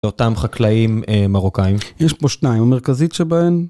ואותם חקלאים מרוקאים. יש פה שניים, המרכזית שבהן...